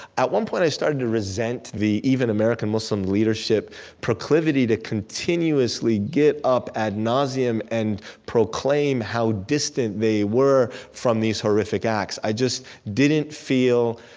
at one point, i started to resent the, even, american-muslim leadership proclivity to continuously get up ad nauseam and proclaim how distant they were from these horrific acts i just didn't feel